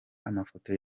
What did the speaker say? amafoto